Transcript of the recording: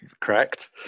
Correct